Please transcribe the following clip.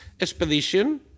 Expedition